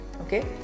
okay